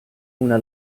una